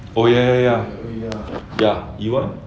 oh ya ya ya you are